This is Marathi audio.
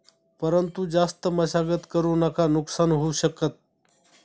परंतु जास्त मशागत करु नका नुकसान होऊ शकत